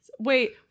wait